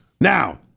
Now